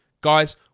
Guys